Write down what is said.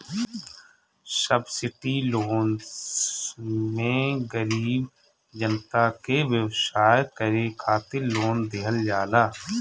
subsidy loan मे गरीब जनता के व्यवसाय करे खातिर लोन देहल जाला